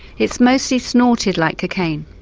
it's mostly snorted like cocaine,